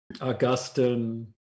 Augustine